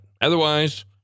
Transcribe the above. Otherwise